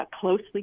closely